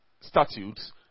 statutes